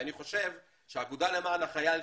אני חושב שהאגודה למען החייל,